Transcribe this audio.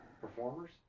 Performers